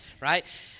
Right